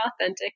authentic